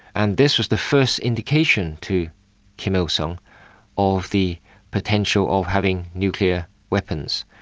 and this was the first indication to kim il-sung of the potential of having nuclear weapons.